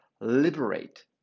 liberate